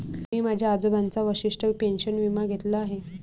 मी माझ्या आजोबांचा वशिष्ठ पेन्शन विमा घेतला आहे